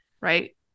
Right